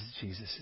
Jesus